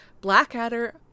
Blackadder